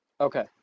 Okay